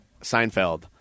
Seinfeld